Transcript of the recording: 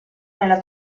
nella